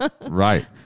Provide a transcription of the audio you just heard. Right